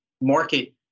market